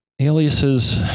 aliases